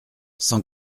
cent